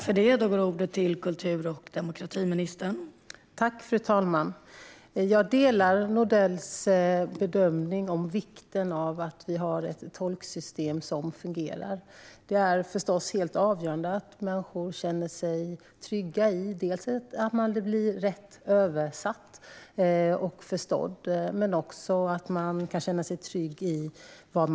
Fru talman! Jag delar Nordells bedömning av vikten av att vi har ett tolksystem som fungerar. Det är förstås helt avgörande att människor känner sig trygga med dels att de blir rätt översatta och förstådda, dels vilken information de delar med sig av.